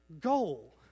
goal